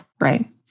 Right